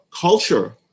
culture